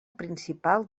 principal